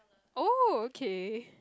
oh okay